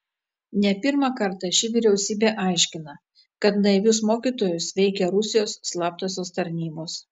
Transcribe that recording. ne pirmą kartą ši vyriausybė aiškina kad naivius mokytojus veikia rusijos slaptosios tarnybos